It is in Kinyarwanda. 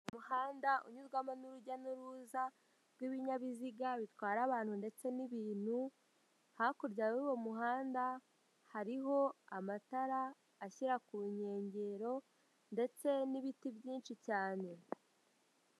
Umuhanda unyurwamo n'urujya n'uruza rw'ibinyabiziga bitwara abantu ndetse n'ibintu, hakurya y'uwo muhanda hariho amatara ashyira ku nkengero ndetse n'ibiti byinshi cyane.